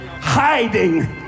hiding